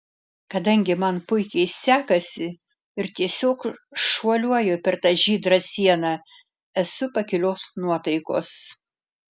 kadangi man puikiai sekasi ir tiesiog šuoliuoju per tą žydrą sieną esu pakilios nuotaikos